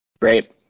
Great